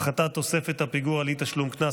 (הפחתת תוספת הפיגור על אי-תשלום קנס),